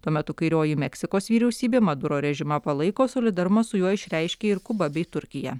tuo metu kairioji meksikos vyriausybė maduro režimą palaiko solidarumą su juo išreiškė ir kuba bei turkija